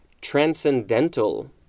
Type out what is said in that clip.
transcendental